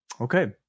Okay